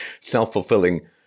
self-fulfilling